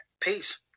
Peace